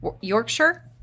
Yorkshire